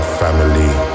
family